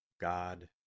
God